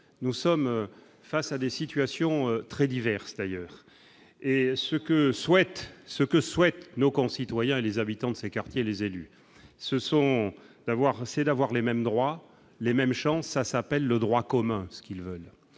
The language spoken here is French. nous sommes face à des situations très diverses, d'ailleurs, et ce que souhaitent, ce que souhaitent nos concitoyens, les habitants de ces quartiers, les élus se sont d'avoir assez d'avoir les mêmes droits, les mêmes chances, ça s'appelle le droit commun ce qu'ils veulent,